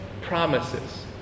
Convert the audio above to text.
promises